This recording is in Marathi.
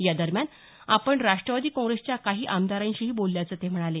या दरम्यान आपण राष्ट्रवादी काँग्रेसच्या काही आमदारांशीही बोलल्याचं ते म्हणाले